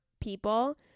people